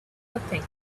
nothing